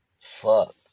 Fuck